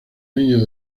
niños